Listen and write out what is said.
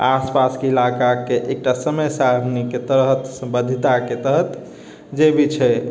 आस पासके इलाकाके एकटा समय सारिणीके तहत बाध्यताके तहत जेभी छै